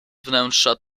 wnętrza